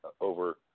over